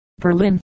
Berlin